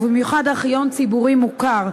ובמיוחד ארכיון ציבורי מוכר,